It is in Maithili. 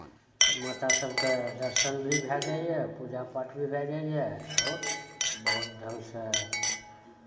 माता सभके दर्शन भी भए जाइए पूजा पाठ भी भए जाइए आओर बहुत ढङ्गसँ